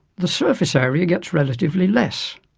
the surface area gets relatively less.